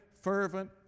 fervent